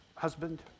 husband